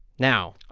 now.